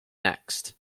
next